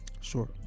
Sure